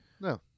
No